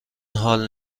حال